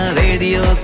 radio